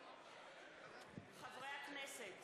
חברי הכנסת